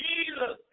Jesus